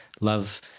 love